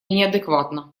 неадекватно